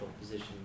position